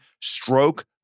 Stroke